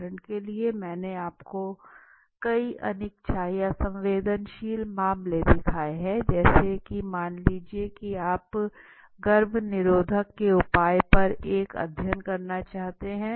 उदाहरण के लिए मैंने आपको कई अनिच्छा या संवेदनशील मामले दिखाए हैं जैसे की मान लीजिए कि आप गर्भ निरोधकों के उपयोग पर एक अध्ययन करना चाहते हैं